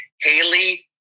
Haley